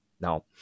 Now